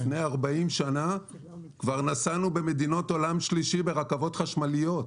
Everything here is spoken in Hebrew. לפני 40 שנה כבר נסענו במדינות עולם שלישי ברכבות חשמליות.